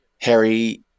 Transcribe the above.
Harry